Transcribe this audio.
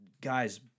guys